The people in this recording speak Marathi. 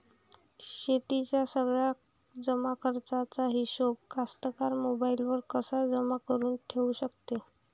शेतीच्या सगळ्या जमाखर्चाचा हिशोब कास्तकार मोबाईलवर कसा जमा करुन ठेऊ शकते?